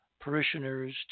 parishioners